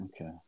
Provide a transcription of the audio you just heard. okay